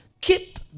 Keep